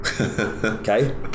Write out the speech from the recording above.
Okay